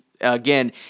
again